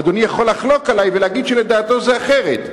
אדוני יכול לחלוק עלי ולהגיד שלדעתו זה אחרת.